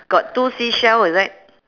got two seashell is it